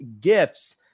gifts